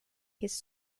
his